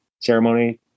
ceremony